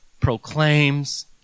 proclaims